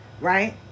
Right